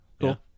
cool